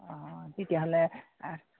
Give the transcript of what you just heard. অঁ তেতিয়াহ'লে